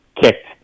kicked